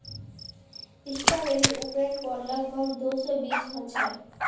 स्ट्रॉबेरीर उपरेर पर लग भग दो सौ बीज ह छे